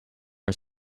are